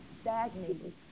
stagnated